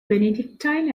benedictine